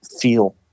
feel